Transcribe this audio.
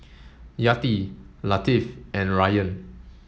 Yati Latif and Ryan